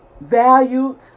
valued